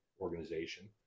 organization